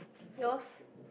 yours